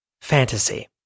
fantasy